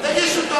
תגיש אותו למשפט.